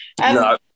No